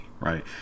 Right